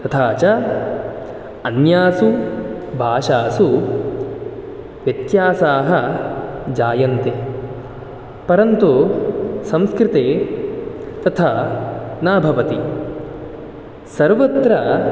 तथा च अन्यासु भाषासु व्यत्यासाः जायन्ते परन्तु संस्कृते तथा न भवति सर्वत्र